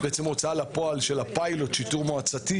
של הפיילוט שיטור מועצתי,